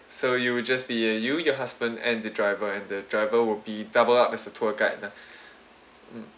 so it will just be uh you your husband and the driver and the driver will be doubled up as a tour guide lah mm